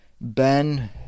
Ben